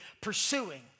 pursuing